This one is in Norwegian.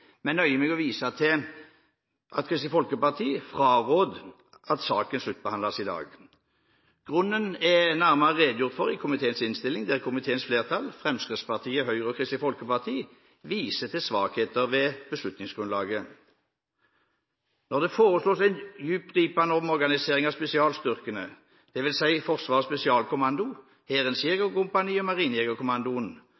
men nøye meg med å vise til at Kristelig Folkeparti frarår at saken sluttbehandles i dag. Grunnen til det er det nærmere redegjort for i komiteens innstilling, der komiteens flertall – Fremskrittspartiet, Høyre og Kristelig Folkeparti – viser til svakheter ved beslutningsgrunnlaget. Når det foreslås en dyptgripende omorganisering av spesialstyrkene, dvs. Forsvarets spesialkommando,